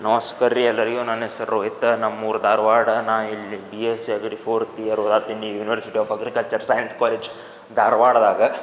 ನಮಸ್ಕಾರ ರೀ ಎಲ್ಲರಿಗೂ ನನ್ನ ಹೆಸ್ರು ರೋಹಿತ ನಮ್ಮೂರು ಧಾರವಾಡ ನಾನು ಇಲ್ಲಿ B S agri fourth year ಓದತ್ತೀನಿ university of agriculture science college ಧಾರವಾಡದಾಗ